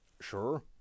sure